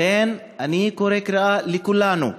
לכן, אני קורא קריאה לכולנו,